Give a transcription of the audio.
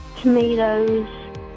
Tomatoes